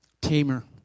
tamer